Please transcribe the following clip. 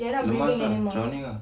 lemas ah drowning ah